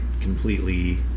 completely